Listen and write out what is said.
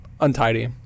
untidy